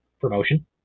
promotion